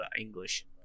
English